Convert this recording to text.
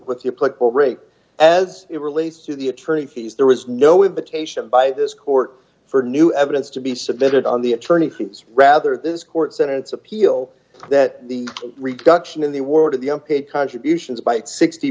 with your political race as it relates to the attorney fees there was no invitation by this court for new evidence to be submitted on the attorney fees rather this court sentence appeal that the reduction in the world of the contributions by sixty